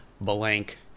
Blank